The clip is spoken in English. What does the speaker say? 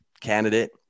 candidate